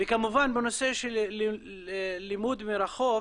כמובן, בנושא של לימוד מרחוק